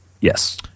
yes